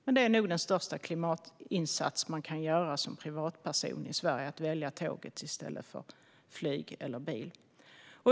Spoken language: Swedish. Detta är nog den största klimatinsats man kan göra som privatperson i Sverige: att välja tåget i stället för flyg eller bil.